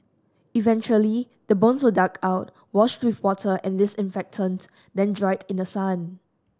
eventually the bones were dug out washed with water and disinfectant then dried in the sun